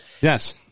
Yes